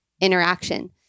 interaction